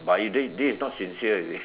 but this this is not sincere you see